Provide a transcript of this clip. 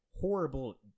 horrible